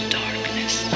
darkness